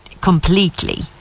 completely